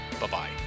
Bye-bye